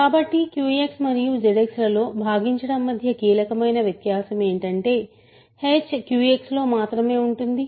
కాబట్టి QX మరియు ZX లలో భాగించడం మధ్య కీలకమైన వ్యత్యాసం ఏమిటంటే h QX లో మాత్రమే ఉంటుంది